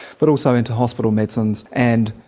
but also into hospital medicines and,